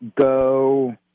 go